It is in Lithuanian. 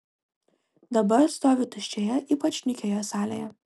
dabar stovi tuščioje ypač nykioje salėje